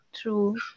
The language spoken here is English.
True